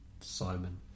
Simon